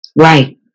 Right